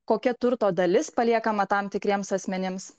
kokia turto dalis paliekama tam tikriems asmenims